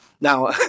Now